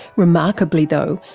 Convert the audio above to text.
remarkably though,